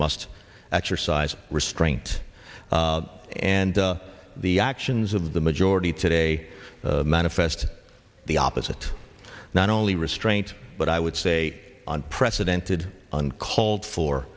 must exercise restraint and the actions of the majority today manifest the opposite not only restraint but i would say unprecedented uncalled